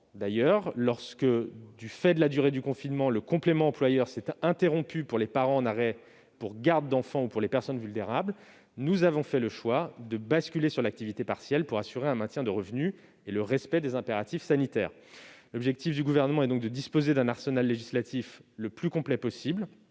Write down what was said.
d'ailleurs, lorsque, du fait de la durée du confinement, le complément employeur s'est interrompu pour les parents en arrêt pour garde d'enfant ou de personne vulnérable, et que nous avons fait le choix de basculer sur l'activité partielle pour assurer un maintien de revenu et le respect des impératifs sanitaires. L'objectif du Gouvernement est donc de disposer d'un arsenal législatif le plus complet possible